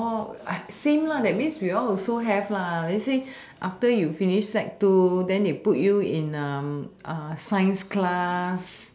oh same [lah]that means we all also have lah they say after you finish sec two then they put you in um science class